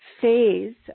phase